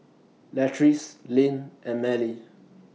Latrice Linn and Mallie